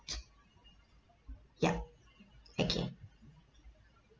yup okay